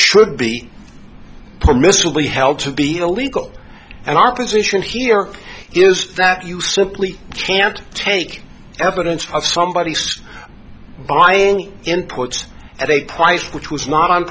should be permissibly held to be illegal and our position here is that you simply can't take evidence of somebody by any imports at a price which was not